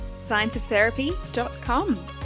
Scienceoftherapy.com